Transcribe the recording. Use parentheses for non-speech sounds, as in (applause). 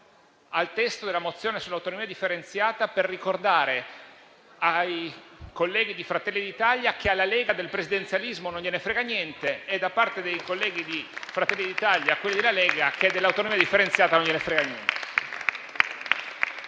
al testo della mozione sull'autonomia differenziata per ricordare ai colleghi di Fratelli d'Italia che alla Lega del presidenzialismo non frega niente (applause) e a quelli della Lega da parte dei colleghi di Fratelli d'Italia che dell'autonomia differenziata non gliene frega niente.